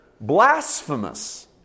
blasphemous